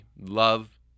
love